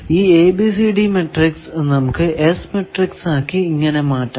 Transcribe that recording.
ഈ ABCD matrix നമുക്ക് S matrix ആക്കി ഇങ്ങനെ മാറ്റാം